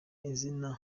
izina